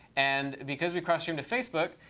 and because we crossed stream to facebook,